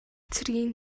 цэргийн